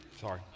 Sorry